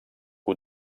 que